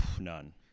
None